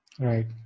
Right